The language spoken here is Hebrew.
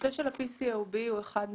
הנושא של ה-PCOB הוא אחד מהם.